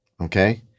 okay